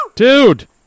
Dude